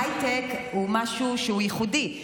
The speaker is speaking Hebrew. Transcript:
הייטק הוא משהו שהוא ייחודי.